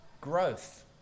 growth